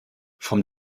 vom